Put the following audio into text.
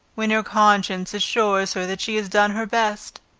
when her conscience assures her that she has done her best,